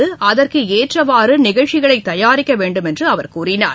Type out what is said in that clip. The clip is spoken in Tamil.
அகற்கேற்றவாறு நிகழ்ச்சிகளை தயாரிக்க வேண்டுமென்று அவர் கூறினார்